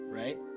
right